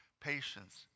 patience